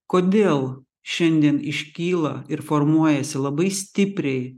kodėl šiandien iškyla ir formuojasi labai stipriai